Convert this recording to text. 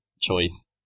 choice